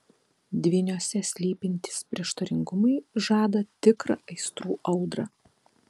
dvyniuose slypintys prieštaringumai žada tikrą aistrų audrą